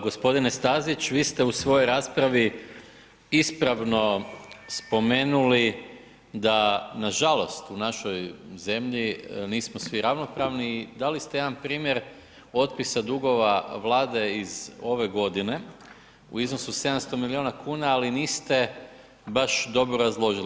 Gospodine Stazić, vi ste u svojoj raspravi ispravno spomenuli da nažalost u našoj zemlji nismo svi ravnopravno i dali ste jedan primjer otpisa dugova Vlade iz ove godine u iznosu 700 milijuna kuna ali niste baš dobro razložili.